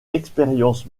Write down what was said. expérience